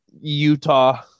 Utah